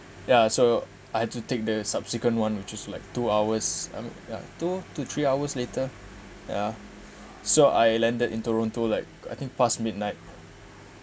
ya so I had to take the subsequent one which is like two hours two two three hours later ya so I landed in toronto like I think past midnight